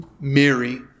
Mary